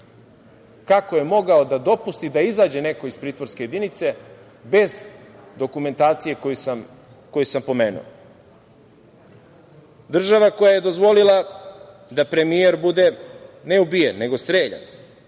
kako je mogao da dopusti da izađe neko iz pritvorske jedinice bez dokumentacije koju sam pomenuo. Država koja je dozvolila da premijer bude ne ubijen nego streljan